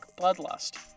bloodlust